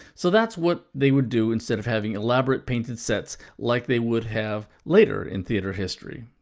so that's what they would do instead of having elaborate painted sets like they would have later in theater history.